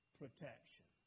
protection